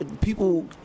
People